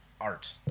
art